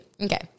Okay